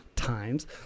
Times